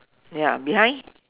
ya behind